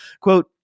quote